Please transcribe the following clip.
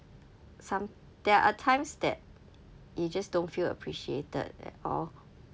some there are times that you just don't feel appreciated at all